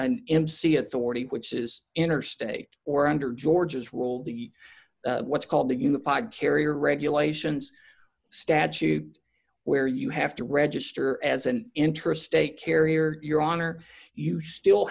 an mc authority which is interstate or under georgia's rule the what's called the unified carrier regulations statute where you have to register as an interest state carrier your honor you still